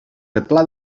replà